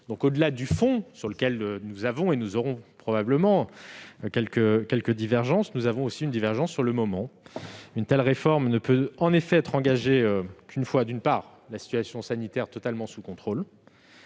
Au-delà du fond, sur lequel nous avons et nous aurons probablement quelques divergences, nous avons donc aussi une divergence sur le moment. Une telle réforme ne peut en effet être engagée qu'une fois la situation sanitaire totalement sous contrôle.